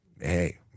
hey